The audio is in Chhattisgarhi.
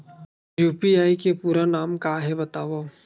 यू.पी.आई के पूरा नाम का हे बतावव?